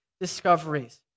discoveries